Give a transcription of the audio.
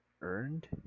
earned